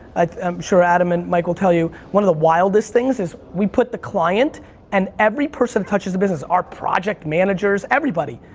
i'm sure adam and mike will tell you, one of the wildest things is we put the client and every person touches the business, our project managers, everybody,